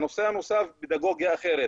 נושא נוסף הוא פדגוגיה אחרת.